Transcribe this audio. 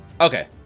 Okay